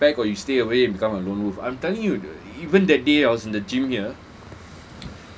it's either you follow the pack or you stay away and become a lone wolf I'm telling you even that day I was in the gym here